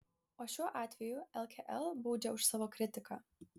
o šiuo atveju lkl baudžia už savo kritiką